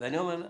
ואני אומר,